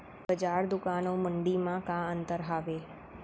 बजार, दुकान अऊ मंडी मा का अंतर हावे?